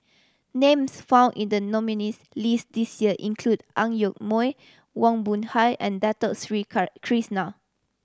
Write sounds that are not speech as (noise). names found in the nominees' list this year include Ang Yoke Mooi Wong Boon Hock and Dato Sri (unintelligible) Krishna